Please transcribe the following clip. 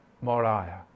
Moriah